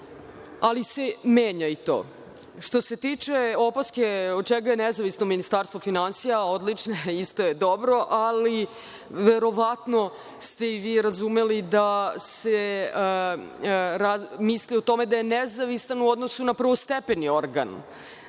ali se menja i to. Što se tiče opaske od čega je nezavisno Ministarstvo finansija, odlično, isto je dobro, ali verovatno ste i vi razumeli da se misli o tome da je nezavistan u odnosu na drugostepeni organ.